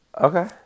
Okay